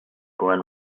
glen